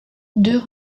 deux